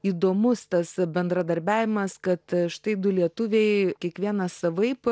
įdomus tas bendradarbiavimas kad štai du lietuviai kiekvienas savaip